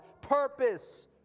Purpose